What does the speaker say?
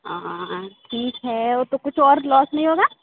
हाँ ठीक है वह तो कुछ और लॉस नहीं होगा